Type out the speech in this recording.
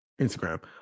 Instagram